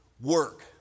work